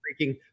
freaking